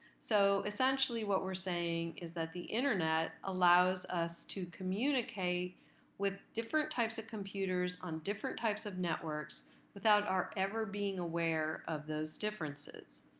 so essentially what we're saying is that the internet allows us to communicate with different types of computers on different types of networks without our ever being aware of those differences.